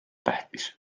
tähtis